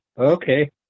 Okay